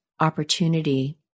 opportunity